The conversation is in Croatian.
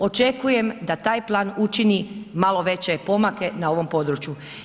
Očekujem da taj plan učini malo veće pomake na ovom području.